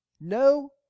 No